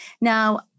Now